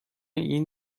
این